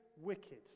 wicked